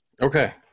Okay